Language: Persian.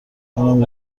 منم